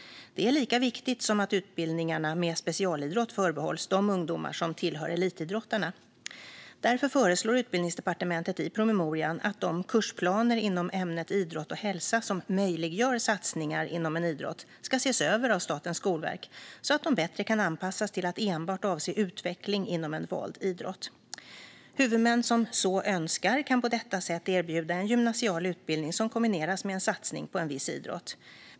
Det är lika viktigt som att utbildningarna med specialidrott förbehålls de ungdomar som tillhör elitidrottarna. Därför föreslår Utbildningsdepartementet i promemorian att de kursplaner inom ämnet idrott och hälsa som möjliggör satsningar inom en idrott ska ses över av Statens skolverk så att de bättre kan anpassas till att enbart avse utveckling inom en vald idrott. Huvudmän som så önskar kan på detta sätt erbjuda en gymnasial utbildning som kombineras med en satsning på en viss idrott.